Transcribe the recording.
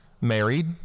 married